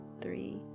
three